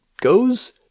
goes